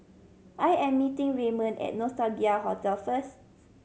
I am meeting Raymon at Nostalgia Hotel first